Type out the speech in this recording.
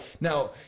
Now